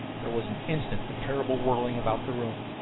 there was an instant of terrible whirling about the room,